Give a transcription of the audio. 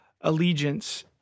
allegiance